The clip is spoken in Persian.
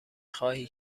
خواهی